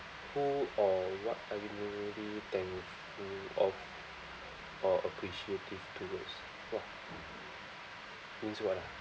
who or what are you really thankful of or appreciative towards !wah! means what ah